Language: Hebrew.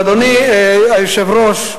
ואדוני היושב-ראש,